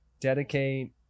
dedicate